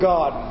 God